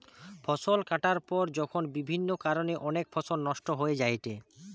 ফসল কাটার পর যখন বিভিন্ন কারণে অনেক ফসল নষ্ট হয়ে যায়েটে